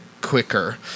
quicker